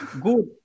Good